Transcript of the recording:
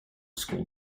school